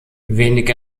wenig